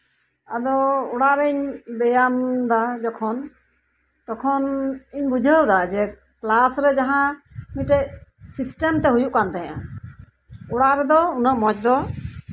ᱟᱫᱚ ᱚᱲᱟᱜ ᱨᱮᱧ ᱵᱮᱭᱟᱢ ᱫᱟ ᱡᱚᱠᱷᱚᱱ ᱛᱚᱠᱷᱚᱱ ᱤᱧ ᱵᱩᱡᱷᱟᱹᱣ ᱫᱟ ᱡᱮ ᱠᱞᱟᱥ ᱨᱮ ᱫᱟᱦᱟᱸ ᱢᱤᱫᱴᱮᱡ ᱥᱤᱥᱴᱮᱢ ᱛᱮ ᱦᱩᱭᱩᱠ ᱠᱟᱱ ᱛᱟᱦᱮᱱᱟ ᱚᱲᱟᱜ ᱨᱮᱫᱚ ᱩᱱᱟᱹᱜ ᱢᱚᱡᱽ